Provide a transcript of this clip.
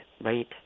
right